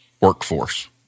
workforce